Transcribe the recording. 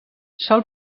sol